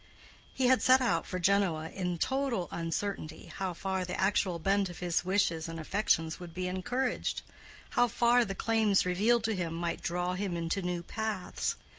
he had set out for genoa in total uncertainty how far the actual bent of his wishes and affections would be encouraged how far the claims revealed to him might draw him into new paths,